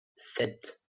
sept